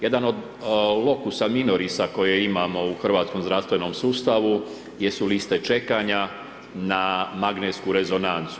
Jedan od lokusa minorisa koje imamo u hrvatskom zdravstvenom sustavu jesu liste čekanja na magnetsku rezonancu.